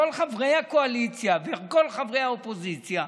כל חברי הקואליציה וכל חברי האופוזיציה,